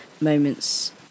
moments